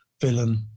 villain